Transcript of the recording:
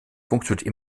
funktioniert